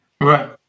Right